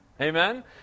Amen